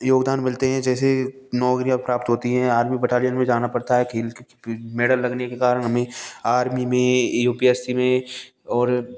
योगदान मिलते हैं जैसे नौकरियाँ प्राप्त होती हैं या आर्मी बेटालियन में जाना पढ़ता हैं मैडम लगने के कारण हमें आर्मी में यू पी एस सी में और